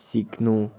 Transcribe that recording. सिक्नु